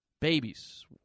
Babies